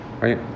right